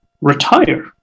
retire